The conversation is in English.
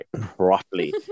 Properly